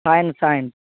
science science